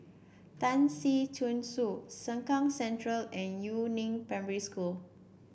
Tan Si Chong Su Sengkang Central and Yu Neng Primary School